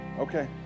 Okay